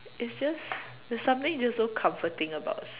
it's just there's something just so comforting about